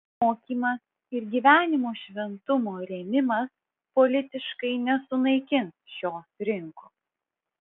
mokymas ir gyvenimo šventumo rėmimas politiškai nesunaikins šios rinkos